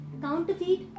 counterfeit